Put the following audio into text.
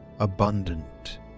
abundant